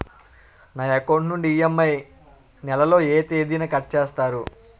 నా అకౌంట్ నుండి ఇ.ఎం.ఐ నెల లో ఏ తేదీన కట్ చేస్తారు?